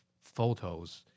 photos